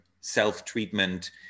self-treatment